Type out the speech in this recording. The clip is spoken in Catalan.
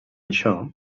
això